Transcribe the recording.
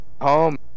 home